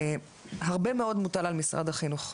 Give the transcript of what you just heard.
הרבה מאוד מוטל על משרד החינוך,